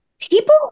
People